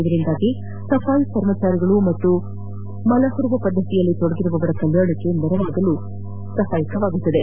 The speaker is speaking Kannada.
ಇದರಿಂದಾಗಿ ಸಫಾಯಿ ಕರ್ಮಚಾರಿಗಳು ಮತ್ತು ಮಲಹೋರುವ ಪದ್ದತಿಯಲ್ಲಿ ತೊಡಗಿರುವವರ ಕಲ್ಯಾಣಕ್ಕೆ ನೆರವಾಗಲು ಸಹಾಯಕವಾಗುತ್ತದೆ